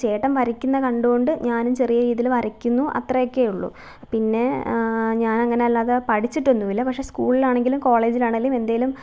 ചേട്ടൻ വരയ്ക്കുന്നതു കണ്ടുകൊണ്ട് ഞാനും ചെറിയ രീതിയിൽ വരയ്ക്കുന്നു അത്രയൊക്കെയേ ഉള്ളൂ പിന്നെ ഞാൻ അങ്ങനെ അല്ലാതെ പഠിച്ചിട്ടൊന്നുമില്ല പക്ഷേ സ്കൂളിലാണെങ്കിലും കോളേജിലാണെങ്കിലും എന്തേലും